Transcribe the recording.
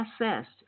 assessed